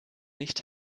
nicht